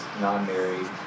non-married